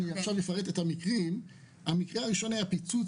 אפרט את המקרים שהזכרתי מקודם: המקרה הראשון היה פיצוץ